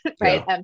right